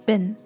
Bin